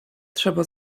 trzeba